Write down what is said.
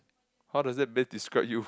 how does that best describe you